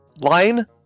line